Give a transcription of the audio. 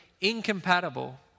incompatible